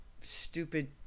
stupid